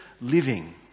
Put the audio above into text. living